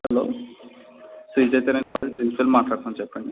hello Sri Chaitanya college ప్రిన్సిపాల్ని మాట్లాడుతున్నాను చెప్పండి